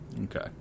Okay